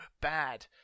bad